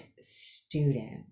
student